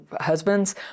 husbands